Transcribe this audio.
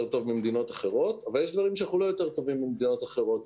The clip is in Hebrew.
טוב ממדינות אחרות אבל יש דברים שאנחנו לא יותר טובים ממדינות אחרות.